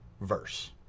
verse